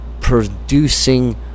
producing